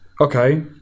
Okay